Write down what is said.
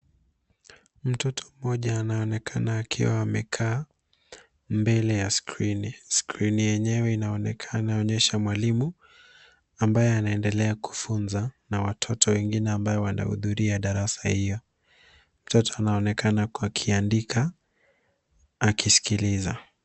Mtoto mmoja ana onekana akiwa amekaa mbele ya skrini, skrini yenyewe ina onekana yanaonyesha mwalimu ambaye ana endelea kufunza na watoto wengine ambao wanahudhuria darasa hiyo. Mtoto ana onekana huku akiandika na akisikiliza.